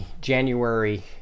January